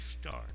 start